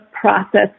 process